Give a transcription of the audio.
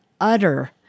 utter